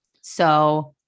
So-